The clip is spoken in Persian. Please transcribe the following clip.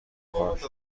پارک